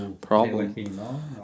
problem